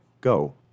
Go